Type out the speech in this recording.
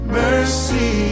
mercy